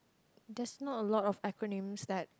that's not a lot of acronyms that